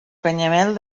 canyamel